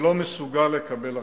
שלא מסוגל לקבל החלטות.